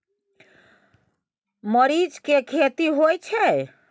मरीच के खेती होय छय?